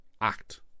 act